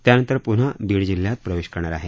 त्यानंतर प्न्हा बीड जिल्ह्यात प्रवेश करणार आहेत